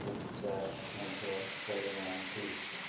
ପୂଜା ମଧ୍ୟ କରୁନାହାନ୍ତି